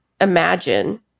imagine